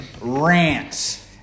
Rants